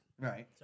Right